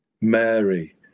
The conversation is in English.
Mary